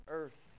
earth